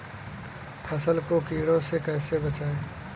फसल को कीड़ों से कैसे बचाएँ?